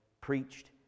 preached